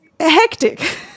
hectic